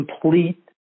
complete